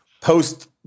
post